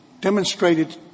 demonstrated